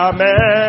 Amen